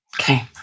Okay